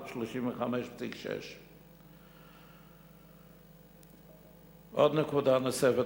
35.6%. נקודה נוספת,